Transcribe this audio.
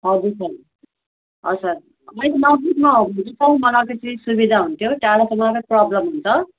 हजुर सर हजुर सर मैले नजिकमा हो भने चाहिँ सर मलाई सुविधा हुन्थ्यो टाढो त मलाई प्रोब्लम हुन्छ